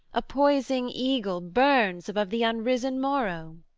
a poising eagle, burns above the unrisen morrow